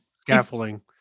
scaffolding